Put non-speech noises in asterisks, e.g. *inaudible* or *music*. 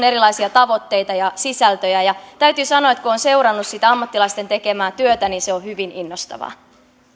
*unintelligible* erilaisia tavoitteita ja sisältöjä varhaiskasvatuksella on täytyy sanoa että kun on seurannut sitä ammattilaisten tekemää työtä niin se on hyvin innostavaa